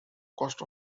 cost